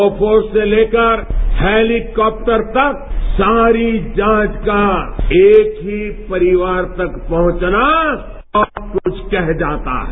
Bofors से लेकर helicopter तक सारी जांच का एक ही परिवार तक पहुंचना बहुत कुछकह जाता है